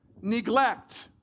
neglect